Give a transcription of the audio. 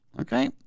okay